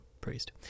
priest